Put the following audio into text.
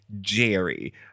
Jerry